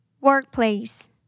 Workplace